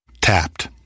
Tapped